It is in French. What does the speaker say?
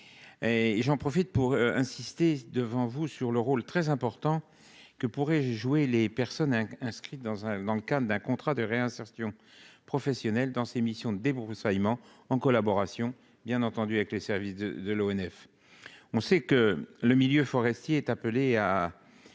j'en profite pour insister devant vous sur le rôle très important que pourrait jouer les personnes inscrites dans un, dans le cadre d'un contrat de réinsertion professionnelle dans ses missions débroussaillement en collaboration bien entendu avec les services de de l'ONF. On sait que le milieu forestier est appelé à.